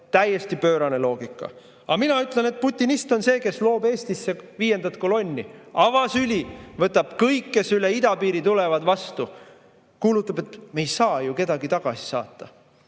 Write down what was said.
täiesti pöörane loogika. Aga mina ütlen, et putinist on see, kes loob Eestisse viiendat kolonni, avasüli võtab kõik, kes üle idapiiri tulevad, võtab vastu ja kuulutab, et me ei saa ju kedagi tagasi saata.